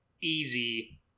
easy